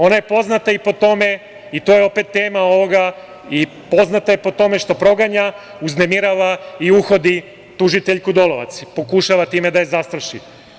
Ona je poznata i po tome, i to je opet tema ovoga, što proganja, uznemirava i uhodi tužiteljku Dolovac, pokušava time da je zastraši.